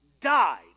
died